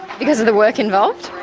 because of the work involved.